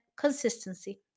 consistency